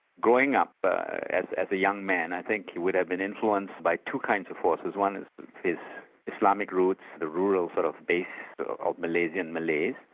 growing up as as a young man, i think he would have been influenced by two kinds of forces. one is his islamic roots, the rural sort of base ah malaysian malays,